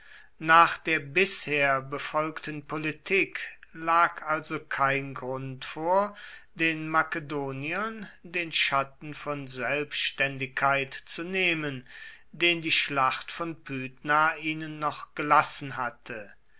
nach der bisher befolgten politik lag also kein grund vor den makedoniern den schatten von selbständigkeit zu nehmen den die schlacht von pydna ihnen noch gelassen hatte